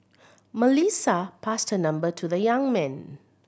Melissa passed her number to the young man